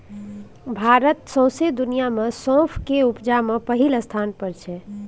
भारत सौंसे दुनियाँ मे सौंफ केर उपजा मे पहिल स्थान पर छै